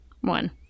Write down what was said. one